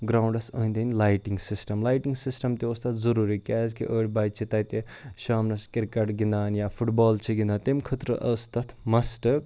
گرٛاوُنٛڈَس أنٛدۍ أنٛدۍ lighting system lighting system تہِ اوس تَتھ ضٔروٗری کیٛازِکہِ أڑۍ بَچہِ چھِ تَتہِ شامنَس کِرکَٹ گِنٛدان یا فُٹ بال چھِ گِنٛدان تٔمۍ خٲطرٕ ٲس تَتھ مَسٹہٕ